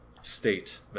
state